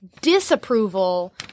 disapproval